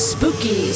Spooky